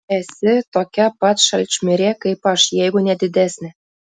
esi tokia pat šalčmirė kaip aš jeigu ne didesnė